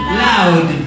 loud